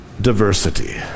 diversity